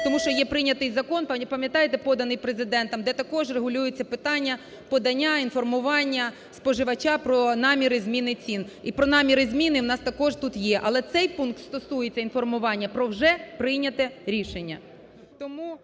Тому що є прийнятий закон, пам'ятаєте, поданий Президентом, де також регулюються питання подання, інформування споживача про наміри зміни цін і про наміри зміни у нас також тут є. Але цей пункт стосується інформування про вже прийняте рішення,